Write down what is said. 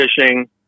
fishing